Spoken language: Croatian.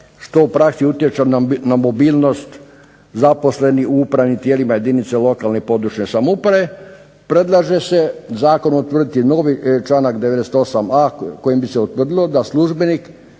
što u praksi utječe na mobilnost zaposlenih u upravnim tijelima jedinica lokalne i područne samouprave, predlaže se zakonom utvrditi novi članak 98.a kojim bi se utvrdilo da službenik